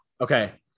Okay